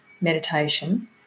meditation